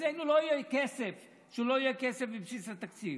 אצלנו לא יהיה כסף שלא יהיה כסף בבסיס התקציב.